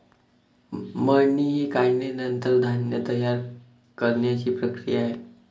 मळणी ही काढणीनंतर धान्य तयार करण्याची प्रक्रिया आहे